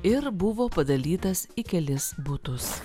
ir buvo padalytas į kelis butus